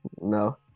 No